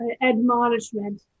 admonishment